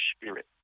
spirit